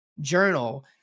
journal